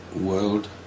world